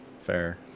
Fair